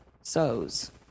sows